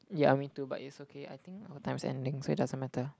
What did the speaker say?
yeah me too but it's okay I think our time's ending so it doesn't matter